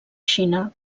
xina